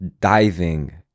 diving